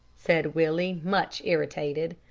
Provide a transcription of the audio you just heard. said willie, much irritated.